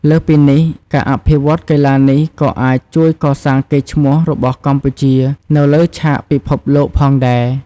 លើសពីនេះ ការអភិវឌ្ឍកីឡានេះក៏អាចជួយកសាងកេរ្តិ៍ឈ្មោះរបស់កម្ពុជានៅលើឆាកពិភពលោកផងដែរ។